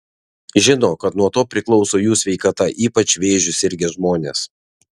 žino kad nuo to priklauso jų sveikata ypač vėžiu sirgę žmonės